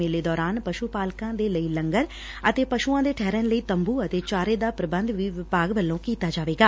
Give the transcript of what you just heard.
ਮੇਲੇ ਦੌਰਾਨ ਪਸ੍ਸੂ ਪਾਲਕਾਂ ਦੇ ਲਈ ਲੰਗਰ ਅਤੇ ਪਸ੍ਸੂਆਂ ਦੇ ਠਹਿਰਣ ਲਈ ਤੰਬੁ ਅਤੇ ਚਾਰੇ ਦਾ ਪੁਬੰਧ ਵੀ ਵਿਭਾਗ ਵੱਲੋਂ ਕੀਤਾ ਜਾਵੇਗਾ